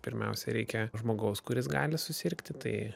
pirmiausia reikia žmogaus kuris gali susirgti tai